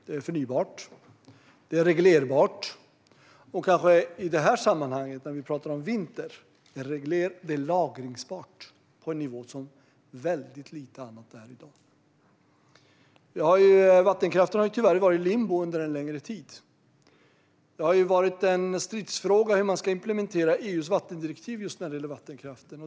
Den är förnybar, reglerbar och i det här sammanhanget, när vi pratar om vinter, även lagringsbar på en nivå som väldigt lite annat är i dag. Vattenkraften har tyvärr befunnit sig i limbo under en längre tid. Det har varit en stridsfråga hur man ska implementera EU:s vattendirektiv när det gäller vattenkraften.